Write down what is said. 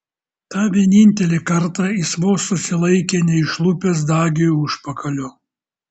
tą vienintelį kartą jis vos susilaikė neišlupęs dagiui užpakalio